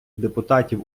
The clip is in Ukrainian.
депутатів